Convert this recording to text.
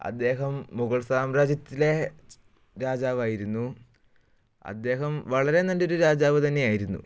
അദ്ദേഹം മുഗൾ സാമ്രാജ്യത്തിലെ രാജാവായിരുന്നു അദ്ദേഹം വളരെ നല്ലൊരു രാജാവ് തന്നെയായിരുന്നു